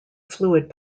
fluid